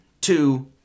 two